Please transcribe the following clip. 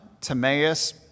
Timaeus